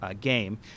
game